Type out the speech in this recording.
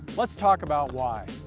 let's talk about why.